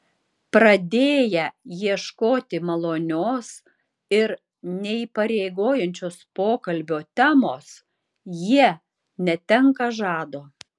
pradėję ieškoti malonios ir neįpareigojančios pokalbio temos jie netenka žado